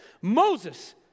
Moses